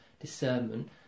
discernment